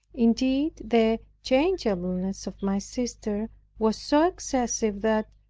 indeed the changeableness of my sister was so excessive, that,